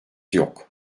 yok